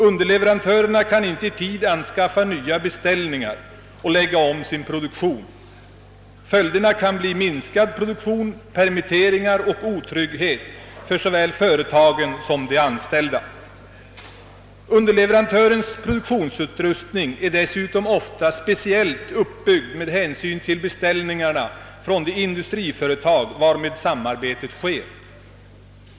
Underleverantörerna kan inte i tid anskaffa nya beställningar och lägga om sin produktion, och följden blir minskad produktion, permitteringar och otrygghet för såväl företagen som de anställda. Underleverantörernas produktionsutrustning är dessutom ofta speciellt uppbyggd med hänsyn till beställningarna från det industriföretag varmed samarbetet sker.